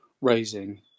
raising